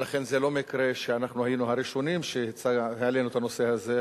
ולכן זה לא מקרה שאנחנו היינו הראשונים שהעלינו את הנושא הזה.